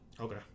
okay